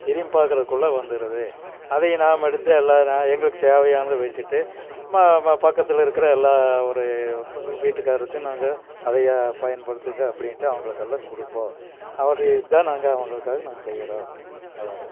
திரும்பி பார்க்குறதுக்குள்ள வந்துடுது அதையை நாம் எடுத்து எல்லா நான் எங்களுக்கு தேவையானதை வச்சுட்டு ம ம பக்கத்தில் இருக்கிற எல்லா ஒரு இப்போ வீட்டுக்காரருக்கு நாங்கள் அதை பயன்படுத்துங்க அப்படின்ட்டு அவங்களுக்கெல்லாம் கொடுப்போம் அவற்றை இதுதான் நாங்கள் அவங்களுக்காக நாங்கள் செய்கிறோம் அவ்வளோதான்